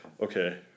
okay